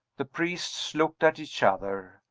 the priests looked at each other.